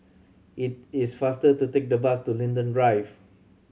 it is faster to take the bus to Linden Drive